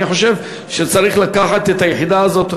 אני חושב שצריך לקחת את היחידה הזאת,